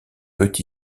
peut